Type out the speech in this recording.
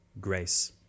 grace